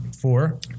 Four